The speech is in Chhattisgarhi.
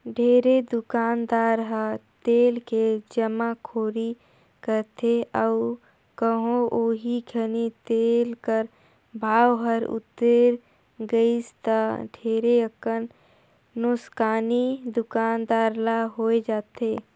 ढेरे दुकानदार ह तेल के जमाखोरी करथे अउ कहों ओही घनी तेल कर भाव हर उतेर गइस ता ढेरे अकन नोसकानी दुकानदार ल होए जाथे